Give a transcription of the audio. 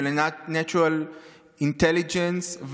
ל-Natural Intelligence,